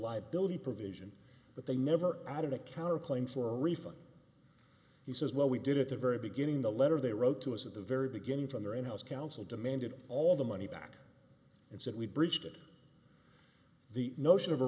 liability provision but they never added a cow or a claim for a refund he says well we did at the very beginning the letter they wrote to us at the very beginning from their in house counsel demanded all the money back and said we breached it the notion of a